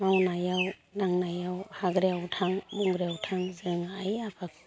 मावनायाव दांनायाव हाग्रायाव थां बंग्रायाव थां जों आइ आफाखौ